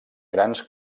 grans